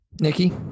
Nikki